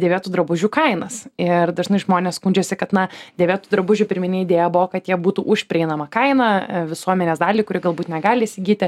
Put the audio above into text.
dėvėtų drabužių kainas ir dažnai žmonės skundžiasi kad na dėvėtų drabužių pirminė idėja buvo kad jie būtų už prieinamą kainą visuomenės daliai kuri galbūt negali įsigyti